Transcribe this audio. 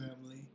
family